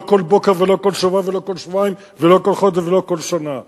לא כל בוקר ולא כל שבוע ולא כל שבועיים ולא כל חודש ולא כל שנה.